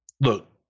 look